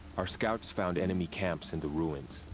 our scouts found enemy camps in the ruins.